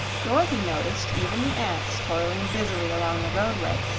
dorothy noticed even the ants toiling busily along the roadway,